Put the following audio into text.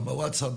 גם בווטסאפ,